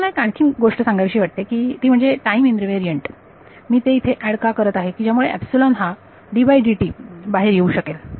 इथे मला आणखीन एक गोष्ट सांगावीशी वाटत आहे ती म्हणजे टाईम इनव्हेरीअँट मी ते का एड करत आहे की ज्यामुळे हा बाहेर येऊ शकेल